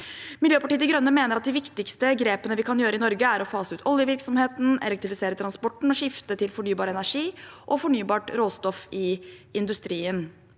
Miljøpartiet de Grønne mener at de viktigste grepene vi kan gjøre i Norge, er å fase ut oljevirksomheten, elektrifisere transporten og skifte til fornybar energi og fornybart råstoff i industrien.